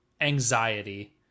anxiety